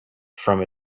from